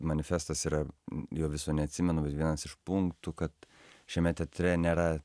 manifestas yra jo viso neatsimenu bet vienas iš punktų kad šiame teatre nėra